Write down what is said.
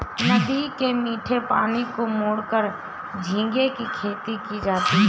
नदी के मीठे पानी को मोड़कर झींगे की खेती की जाती है